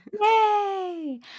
Yay